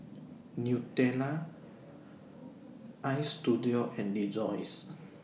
Nutella Istudio and Rejoice